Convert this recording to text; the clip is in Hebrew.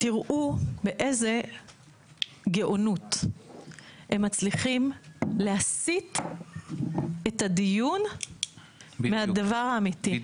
תראו באיזו גאונות הם מצליחים להסית את הדיון מהדבר האמיתי,